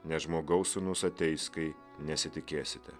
nes žmogaus sūnus ateis kai nesitikėsite